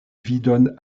vidon